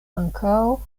ankaŭ